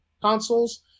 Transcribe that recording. consoles